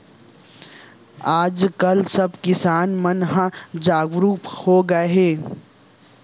आज काल सब किसान मन ह जागरूक हो गए हे